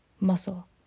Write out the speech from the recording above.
muscle